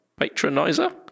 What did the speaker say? patronizer